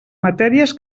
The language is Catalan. matèries